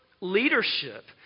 leadership